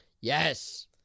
Yes